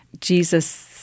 Jesus